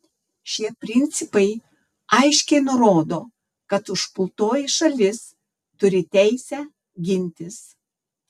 šie principai aiškiai nurodo kad užpultoji šalis turi teisę gintis